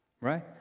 Right